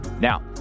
Now